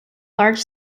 large